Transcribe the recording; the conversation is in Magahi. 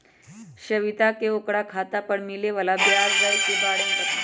सवितवा के ओकरा खाता पर मिले वाला ब्याज दर के बारे में पता ना हई